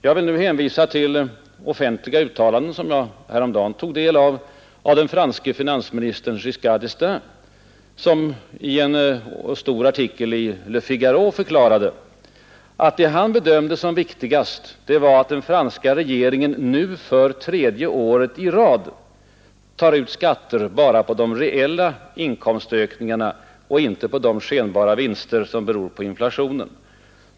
Jag vill nu hänvisa till offentliga uttalanden, som jag häromdagen tog del av, av den franske finansministern Giscard d'Estaing, som i en stor artikel i Le Figaro förklarade att det han bedömde som viktigast var att den franska regeringen nu för tredje året i rad tar ut skatter bara på de reella inkomstökningarna och inte på de skenbara vinster som beror på inflationen.